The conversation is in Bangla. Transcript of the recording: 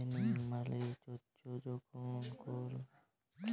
লেন্ডিং মালে চ্ছ যখল কল সংস্থা বা মালুস কাওকে টাকা ধার দেয়